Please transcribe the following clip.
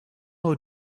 will